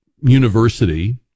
university